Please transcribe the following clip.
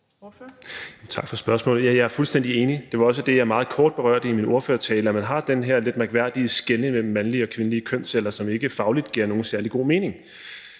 Tak for spørgsmålet. Ja, jeg er fuldstændig enig. Det var også det, jeg meget kort berørte i min ordførertale, altså at man har den her lidt mærkværdige skelnen imellem mandlige og kvindelige kønsceller, som ikke fagligt giver særlig god mening.